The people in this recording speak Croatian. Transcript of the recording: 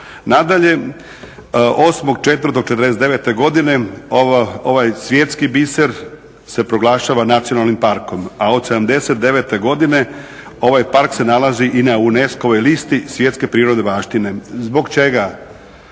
Nadalje, 08.04.1949. godine ovaj svjetski biser se proglašava nacionalnim parkom, a od 79. godine ovaj park se nalazi i na UNESCO-voj listi svjetske prirodne baštine. Zbog čega?